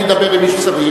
אני אדבר עם מי שצריך,